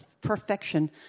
perfection